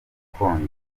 gakondo